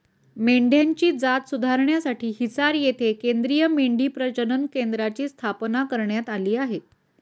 मेंढ्यांची जात सुधारण्यासाठी हिसार येथे केंद्रीय मेंढी प्रजनन केंद्राची स्थापना करण्यात आली आहे